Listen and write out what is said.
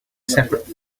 seperate